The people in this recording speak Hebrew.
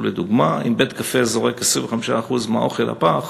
לדוגמה: אם בית-קפה זורק 25% מהאוכל לפח,